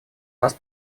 нас